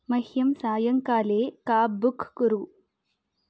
मह्यं सायङ्काले cab book कुरु